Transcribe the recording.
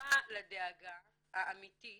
שותפה לדאגה האמיתית